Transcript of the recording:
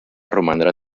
romandre